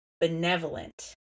benevolent